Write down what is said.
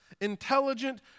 intelligent